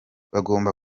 bagomba